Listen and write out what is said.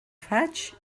faig